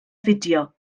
fideo